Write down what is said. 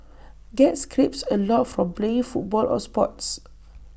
get scrapes A lot from playing football or sports